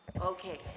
Okay